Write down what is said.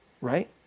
right